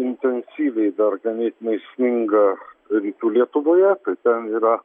intensyviai dar ganėtinai sninga rytų lietuvoje tai ten yra